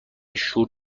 شور